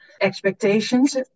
expectations